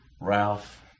Ralph